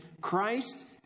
Christ